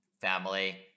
family